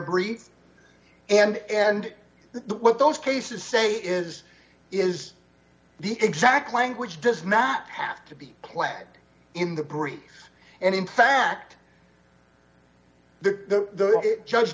brief and and what those cases say is is the exact language does not have to be clad in the breach and in fact the judge